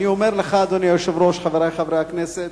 אדוני היושב-ראש, חברי חברי הכנסת,